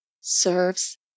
Serves